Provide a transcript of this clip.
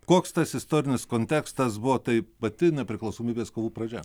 koks tas istorinis kontekstas buvo tai pati nepriklausomybės kovų pradžia